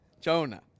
Jonah